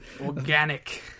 Organic